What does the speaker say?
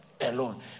alone